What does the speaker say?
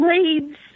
Leads